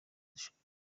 dushaka